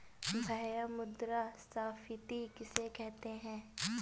भैया मुद्रा स्फ़ीति किसे कहते हैं?